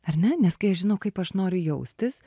ar ne nes kai aš žinau kaip aš noriu jaustis